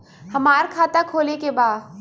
हमार खाता खोले के बा?